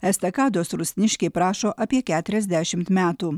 estakados rusniškiai prašo apie keturiasdešimt metų